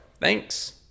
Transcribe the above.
thanks